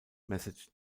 message